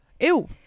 Ew